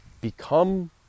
become